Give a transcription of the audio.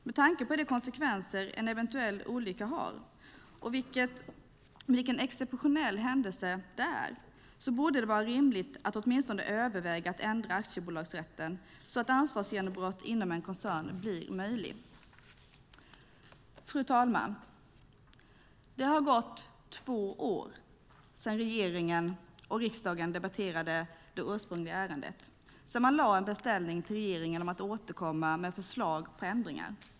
Med tanke på de konsekvenser en eventuell olycka får och vilken exceptionell händelse det är borde det vara rimligt att åtminstone överväga att ändra aktiebolagsrätten så att ansvarsgenombrott inom en koncern blir möjligt. Fru talman! Det har gått två år sedan regeringen och riksdagen debatterade det ursprungliga ärendet och gav en beställning till regeringen om att återkomma med förslag till ändringar.